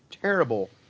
terrible